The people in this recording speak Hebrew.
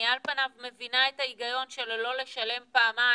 אני על פניו מבינה את ההיגיון של לא לשלם פעמיים,